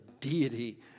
deity